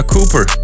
Cooper